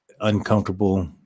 uncomfortable